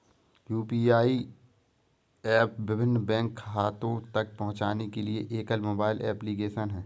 UPI app विभिन्न bank खातों तक पहुँचने के लिए एकल मोबाइल एप्लिकेशन है